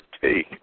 Take